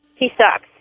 he sucks.